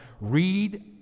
read